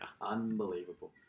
Unbelievable